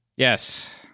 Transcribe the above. Yes